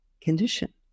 condition